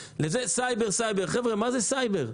מה זה סייבר?